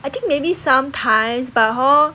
I think maybe sometime but hor